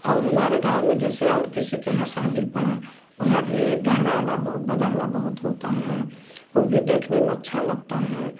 और हमारे गाँव में जैसे और किसी के यहाँ शादी पड़ा वहाँ भी गाना उना बजाना बहुत होता है उ भी देखने में अच्छा लगता है